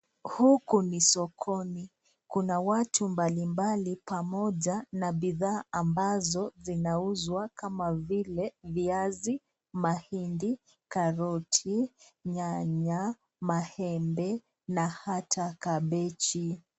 Huku ni sokoni kuna watu mbalimbali, moja na bidhaa ambazo zinauzwa kama vile viazi, mahindi, karoti, nyanya, mahembe na hata kabeji.